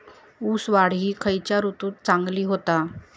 ऊस वाढ ही खयच्या ऋतूत चांगली होता?